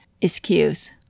excuse